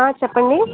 చెప్పండీ